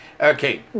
okay